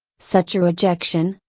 such a rejection,